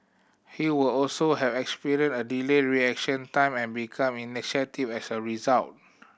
he would also have experienced a delayed reaction time and become initiative as a result